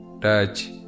touch